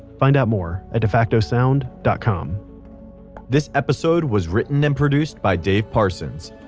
find out more at defacto sound dot com this episode was written and produced by dave parsons.